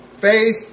Faith